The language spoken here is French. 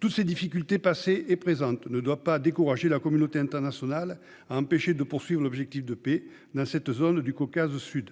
Toutes ces difficultés passées et présentes ne doivent pas décourager la communauté internationale ; nous devons garder notre objectif de paix dans cette zone du Caucase Sud,